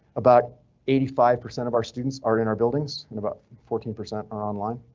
about eighty five percent of our students are in our buildings and about fourteen percent or online.